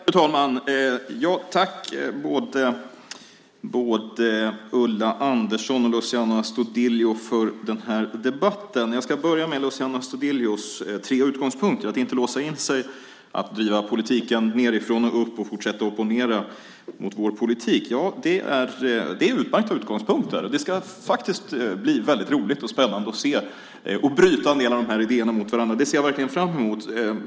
Fru talman! Jag tackar både Ulla Andersson och Luciano Astudillo för debatten. Jag ska börja med Luciano Astudillos tre utgångspunkter: att inte låsa in sig, att driva politiken nedifrån och upp och att fortsätta att opponera mot vår politik. Det är utmärkta utgångspunkter. Det ska bli roligt och spännande att bryta en del av de här idéerna mot varandra. Det ser jag verkligen fram emot.